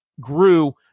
grew